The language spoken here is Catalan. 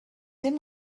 hem